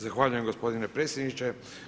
Zahvaljujem gospodine predsjedniče.